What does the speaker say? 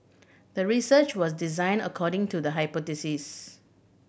the research was designed according to the hypothesis